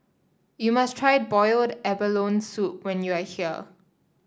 you must try Boiled Abalone Soup when you are here